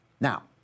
Now